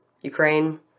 Ukraine